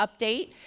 update